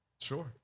Sure